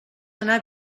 anar